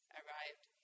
arrived